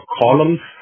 columns